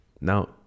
Now